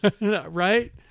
Right